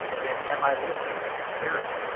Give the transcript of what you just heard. yet am i with you in the spirit,